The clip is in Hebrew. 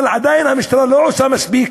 אבל עדיין המשטרה לא עושה מספיק